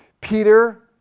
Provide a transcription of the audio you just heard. Peter